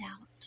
out